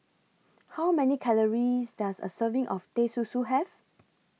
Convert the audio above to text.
How Many Calories Does A Serving of Teh Susu Have